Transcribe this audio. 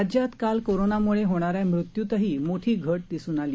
राज्यात काल कोरोनाम्ळे होणाऱ्या मृत्यूतही मोठी घट दिसून आली